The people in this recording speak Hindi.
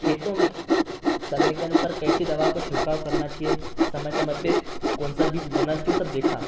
खेतों में समय के अनुसार कैसी दवाओं का छिडकाव करना चाहिए समय समय पर कौन सा बीज बोना चाहिए वह सब देखा